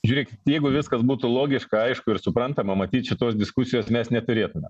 žiūrėkit jeigu viskas būtų logiška aišku ir suprantama matyt šitos diskusijos mes neturėtume